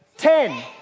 Ten